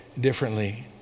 differently